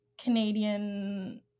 Canadian